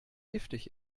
giftig